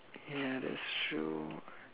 ya that's true